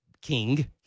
king